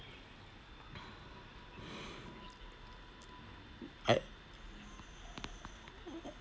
I